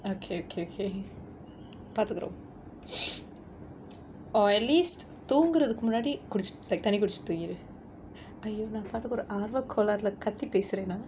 okay okay okay பாத்துக்குறோம்:paathukkurom or at least தூங்குறதுக்கு முன்னாடி குடிச்~:thoongurathukku munnaadi kudich~ like தண்ணி குடிச்சிட்டு தூங்கிரு:thanni kudichittu thoongiru !aiyo! நா பாட்டுக்கு ஒரு ஆர்வக்கோளாறுல கத்தி பேசுறேனா:naa paattukku oru aarvakkolaarula kathi pesurenaa